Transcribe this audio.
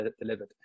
delivered